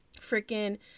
freaking